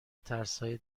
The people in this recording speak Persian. ترسهای